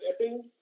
Epping